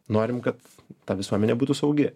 norim kad ta visuomenė būtų saugi